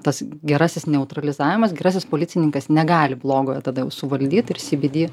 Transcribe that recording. tas gerasis neutralizavimas gerasis policininkas negali blogojo tada jau suvaldyt ir cbd